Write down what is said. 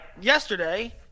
yesterday